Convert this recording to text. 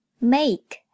Make